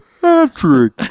patrick